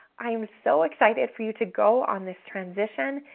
i am so excited for you to go on this transition.